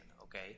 okay